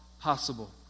possible